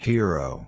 Hero